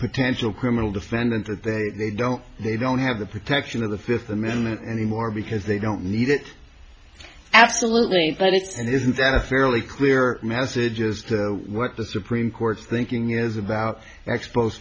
potential criminal defendant that they they don't they don't have the protection of the fifth amendment anymore because they don't need it absolutely but it's and isn't that a fairly clear message is that what the supreme court's thinking is about expos